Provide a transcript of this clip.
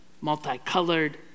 multicolored